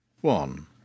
one